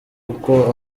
kuko